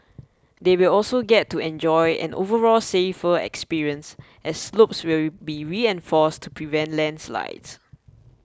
they will also get to enjoy an overall safer experience as slopes will be reinforced to prevent landslides